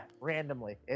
randomly